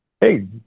Hey